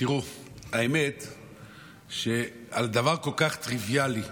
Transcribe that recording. האמת שעל דבר כל כך טריוויאלי,